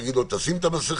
להגיד לו: תשים את המסכה.